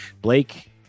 Blake